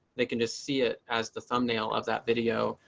they can just see it as the thumbnail of that video.